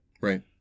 right